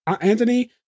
Anthony